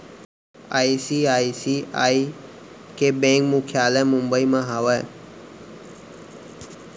ICICI के bank मुख्यालय मुंबई म हावय